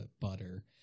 butter